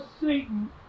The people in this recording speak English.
satan